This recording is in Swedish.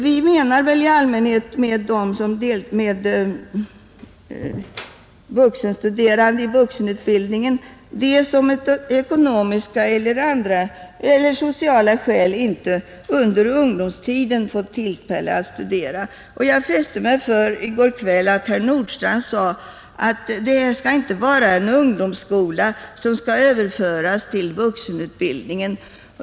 Vi menar väl i allmänhet med vuxenstuderande i vuxenutbildningen dem som av ekonomiska eller sociala skäl inte under ungdomstiden fått tillfälle att studera. Jag fäste mig i går kväll vid att herr Nordstrandh sade att det inte är en ungdomsskola som skall överföras till vuxenutbildningen.